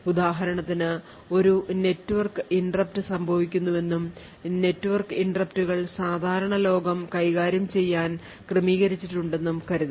ഉദാഹരണത്തിന് ഒരു network interrupt സംഭവിക്കുന്നുവെന്നും നെറ്റ്വർക്ക് interruptകൾ സാധാരണ ലോകം കൈകാര്യം ചെയ്യാൻ ക്രമീകരിച്ചിട്ടുണ്ടെന്നും കരുതുക